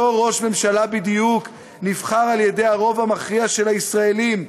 אותו ראש ממשלה בדיוק נבחר על-ידי הרוב המכריע של הישראלים,